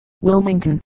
Wilmington